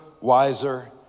wiser